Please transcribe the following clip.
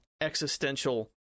existential